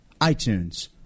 iTunes